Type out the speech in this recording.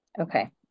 Okay